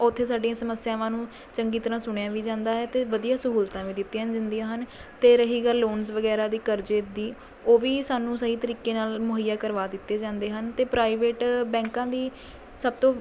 ਓਥੇ ਸਾਡੀਆਂ ਸਮੱਸਿਆਵਾਂ ਨੂੰ ਚੰਗੀ ਤਰ੍ਹਾਂ ਸੁਣਿਆ ਵੀ ਜਾਂਦਾ ਹੈ ਅਤੇ ਵਧੀਆ ਸਹੂਲਤਾਂ ਵੀ ਦਿੱਤੀਆਂ ਦਿੰਦੀਆਂ ਹਨ ਅਤੇ ਰਹੀ ਗੱਲ ਲੋਨਸ ਵਗੈਰਾ ਦੀ ਕਰਜੇ ਦੀ ਉਹ ਵੀ ਸਾਨੂੰ ਸਹੀ ਤਰੀਕੇ ਨਾਲ ਮੁਹੱਈਆ ਕਰਵਾ ਦਿੱਤੇ ਜਾਂਦੇ ਹਨ ਅਤੇ ਪ੍ਰਾਈਵੇਟ ਬੈਂਕਾਂ ਦੀ ਸਭ ਤੋਂ